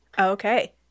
Okay